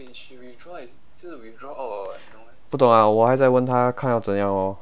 不懂啦我还在问她看要怎样 lor